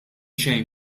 xejn